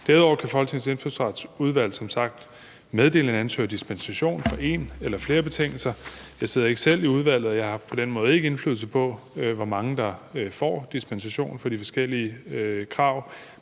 Derudover kan Folketingets Indfødsretsudvalg som sagt meddele en ansøger dispensation fra en eller flere betingelser. Jeg sidder ikke selv i udvalget, og jeg har på den måde ikke indflydelse på, hvor mange der får dispensation fra de forskellige krav,